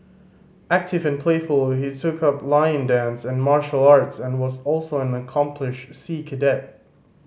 active and playful he took up lion dance and martial arts and was also an accomplished sea cadet